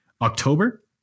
October